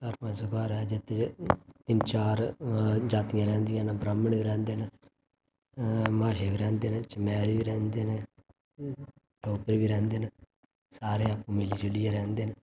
चार पंज सौ घर जेह्दे बिच तिन्न चार जातियां रौंदियां न ब्राह्म्ण बी रोंह्दे न हां म्हाशे बी रौंह्दे न चमैर बी रौंह्दे न ठौकर बी रौंह्दे न सारे मिली जुली रौंह्दे न